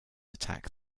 attack